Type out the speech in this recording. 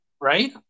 Right